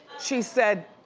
she said,